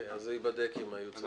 זה ייבדק עם הייעוץ המשפטי.